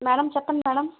madam చెప్పండి madam